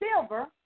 silver